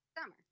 Summer